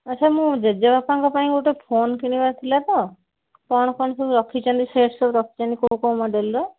ଆଚ୍ଛା ମୋ ଜେଜେବାପାଙ୍କ ପାଇଁ ଗୋଟେ ଫୋନ୍ କିଣିବାର ଥିଲା ତ କ'ଣ କ'ଣ ସବୁ ରଖିଛନ୍ତି ସେଟ୍ ସବୁ ରଖିଛନ୍ତି କେଉଁ କେଉଁ ମଡ଼େଲ୍ର